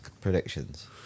predictions